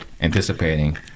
anticipating